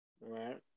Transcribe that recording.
Right